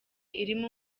irimo